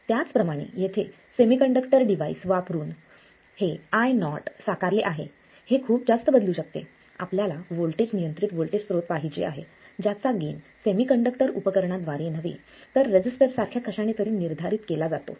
त्याचप्रमाणे येथे semiconductor device वापरुन हे I नॉट साकारले आहे हे खूप जास्त बदलू शकते आपल्याला व्होल्टेज नियंत्रित व्होल्टेज स्त्रोत पाहिजे आहे ज्याचा गेन सेमीकंडक्टर उपकरणाद्वारे नव्हे तर रेसिस्टर सारख्या कशाने तरी निर्धारित केला जातो